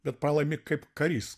bet pralaimi kaip karys